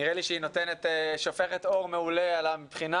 נראה לי שהיא שופכת אור מעולה על הבחינה,